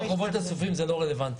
כן, אבל זה לא רלוונטי בתוך רחובות צפופים.